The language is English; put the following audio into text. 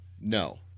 No